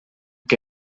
que